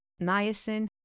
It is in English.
niacin